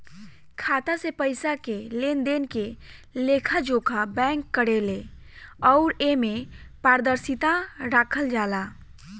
खाता से पइसा के लेनदेन के लेखा जोखा बैंक करेले अउर एमे पारदर्शिता राखल जाला